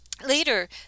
Later